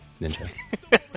Ninja